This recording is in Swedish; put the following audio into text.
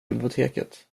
biblioteket